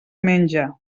menja